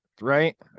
right